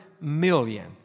million